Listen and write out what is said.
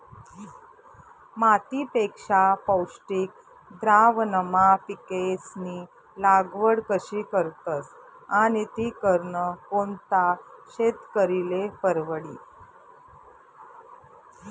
मातीपेक्षा पौष्टिक द्रावणमा पिकेस्नी लागवड कशी करतस आणि ती करनं कोणता शेतकरीले परवडी?